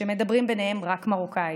שמדברים ביניהם רק מרוקאית,